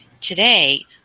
Today